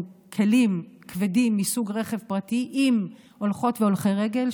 כלים כבדים מסוג רכב פרטי עם הולכות והולכי רגל,